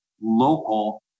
local